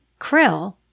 krill